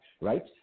right